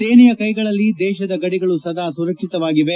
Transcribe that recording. ಸೇನೆಯ ಕೈಗಳಲ್ಲಿ ದೇಶದ ಗಡಿಗಳು ಸದಾ ಸುರಕ್ಷಿತವಾಗಿವೆ